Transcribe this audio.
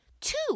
two